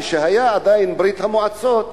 כשהיתה עדיין ברית-המועצות,